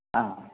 ആ